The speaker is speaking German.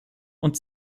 und